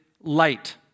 light